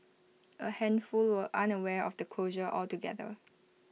A handful were unaware of the closure altogether